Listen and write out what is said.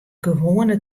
gewoane